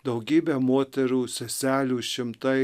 daugybė moterų seselių šimtai